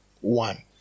one